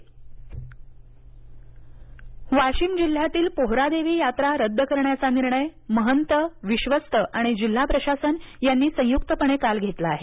यात्रा वाशीम वाशीम जिल्ह्यातील पोहरादेवी यात्रा रद्द करण्याचा निर्णय महंत विश्वस्त आणि जिल्हा प्रशासन यांनी संयुक्तपणे काल घेतला आहे